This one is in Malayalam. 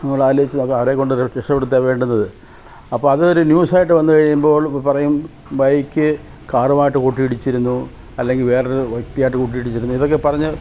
നിങ്ങളാലോചിച്ചു നോക്കൂ അവരെക്കൊണ്ട് രഷപ്പെടുത്താന് വേണ്ടുന്നത് അപ്പോള് അതൊരു ന്യൂസായിട്ട് വന്നുകഴിയുമ്പോൾ പറയും ബൈക്ക് കാറുമായിട്ട് കൂട്ടി ഇടിച്ചിരുന്നു അല്ലെങ്കില് വേറൊരു വ്യക്തിയായിട്ട് കൂട്ടി ഇടിച്ചിരുന്നു ഇതൊക്കെ പറഞ്ഞ്